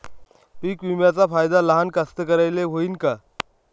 पीक विम्याचा फायदा लहान कास्तकाराइले होईन का?